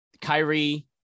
Kyrie